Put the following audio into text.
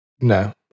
No